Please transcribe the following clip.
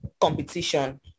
competition